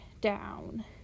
down